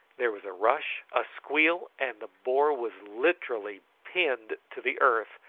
there was a rush, a squeal, and the boar was literally pinned to the earth,